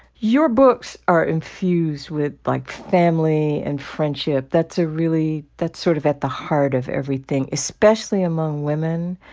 your books are infused with, like, family and friendship. that's a really that's sort of at the heart of everything, especially among women.